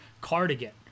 Cardigan